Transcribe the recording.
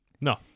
No